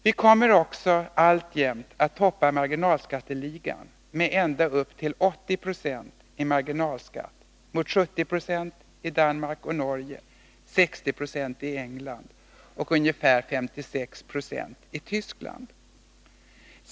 Vi kommer också alltjämt att toppa marginalskatteligan med ända upp till 80 Jo i marginalskatt mot 70 0 i Danmark och Norge, 60 26 i England och ungefär 56 90 i Tyskland.